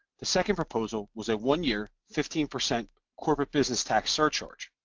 the second proposal was a one-year, fifteen percent corporate business tax surcharge.